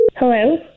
Hello